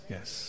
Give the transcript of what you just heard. Yes